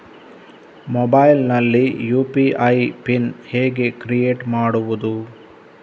Mobile ನಲ್ಲಿ UPI PIN ಹೇಗೆ create ಮಾಡುವುದು?